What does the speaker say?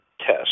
Test